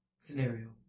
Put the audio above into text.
scenario